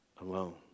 alone